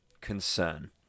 concern